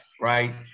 right